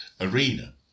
arena